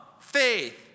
faith